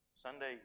Sunday